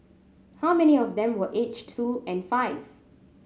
how many of them were aged two and five